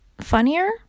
funnier